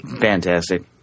fantastic